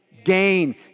gain